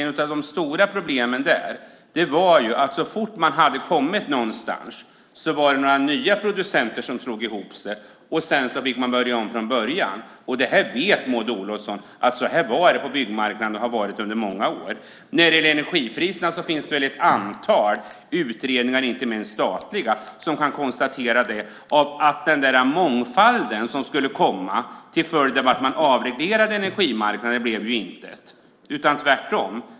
Ett av de stora problemen där var att så fort man hade kommit någonstans var det några nya producenter som slog sig ihop, och så fick man börja om från början. Maud Olofsson vet att det var så här på byggmarknaden och att det har varit det under många år. När det gäller energipriserna finns det väl ett antal utredningar, inte minst statliga, som kan konstatera att av den där mångfalden som skulle komma till följd av att man avreglerade energimarknaden blev det intet, utan tvärtom.